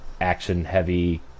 action-heavy